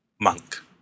monk